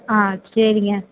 ஆ சரிங்க